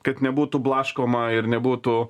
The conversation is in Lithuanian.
kad nebūtų blaškoma ir nebūtų